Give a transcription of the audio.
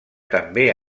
també